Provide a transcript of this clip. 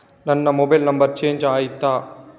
ನನ್ನ mobile number change ಆಯ್ತಾ?